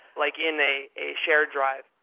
like in a a shared drive.